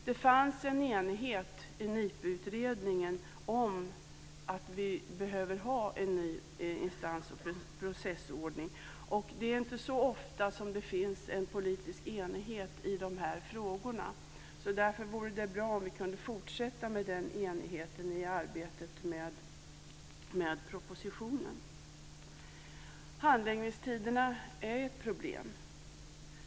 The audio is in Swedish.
Det fanns en enighet i NIPU utredningen om att det behövs en ny instans och processordning, och det är inte så ofta som det finns en politisk enighet i dessa frågor. Därför vore det bra om vi kunde fortsätta med den enigheten i arbetet med propositionen. Handläggningstiderna är ett problem.